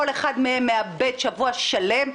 כל אחד מהם מאבד שבוע שלם,